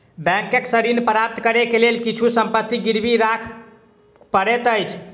bank सॅ ऋण प्राप्त करै के लेल किछु संपत्ति गिरवी राख पड़ैत अछि